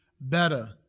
better